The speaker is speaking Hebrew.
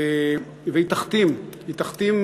והיא תכתים, היא תכתים